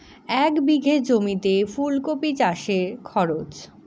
এক বিঘে জমিতে ফুলকপি চাষে খরচ?